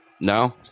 No